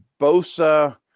Bosa